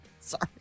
Sorry